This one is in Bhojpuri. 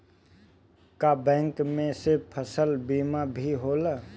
का बैंक में से फसल बीमा भी होला?